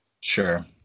Sure